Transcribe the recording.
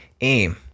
aim